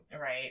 Right